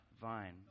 vine